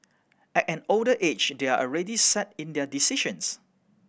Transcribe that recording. at an older age they're already set in their decisions